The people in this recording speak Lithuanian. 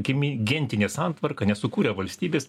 gimė gentinė santvarka nesukūrė valstybės